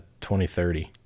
2030